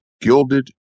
gilded